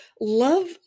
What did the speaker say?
love